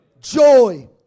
Joy